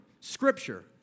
Scripture